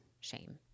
shame